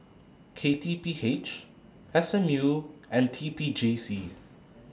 K T P H S M U and T P J C